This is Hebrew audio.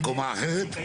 בקומה אחרת?